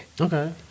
Okay